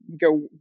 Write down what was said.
go